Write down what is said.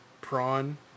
Prawn